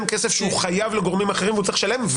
כסף שהוא חייב לגורמים אחרים והוא צריך לשלם.